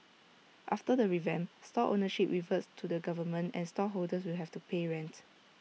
after the revamp stall ownership reverts to the government and stall holders will have to pay rent